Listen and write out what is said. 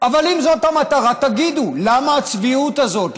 אבל אם זאת המטרה, תגידו, למה הצביעות הזאת?